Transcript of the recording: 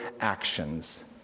actions